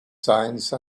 science